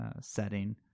setting